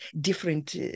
different